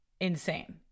insane